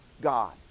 God